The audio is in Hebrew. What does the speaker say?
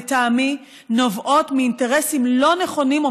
לטעמי נובעים מאינטרסים לא נכונים או